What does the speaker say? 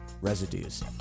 residues